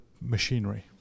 machinery